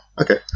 okay